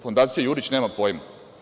Fondacija „Jurić“ nema pojma.